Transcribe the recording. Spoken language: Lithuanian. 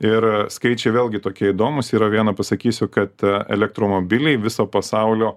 ir skaičiai vėlgi tokie įdomūs yra viena pasakysiu kad elektromobiliai viso pasaulio